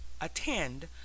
attend